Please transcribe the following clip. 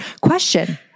Question